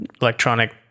electronic